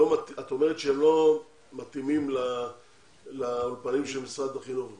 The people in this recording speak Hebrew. את אומרת שהם לא מתאימים לאולפנים של משרד החינוך,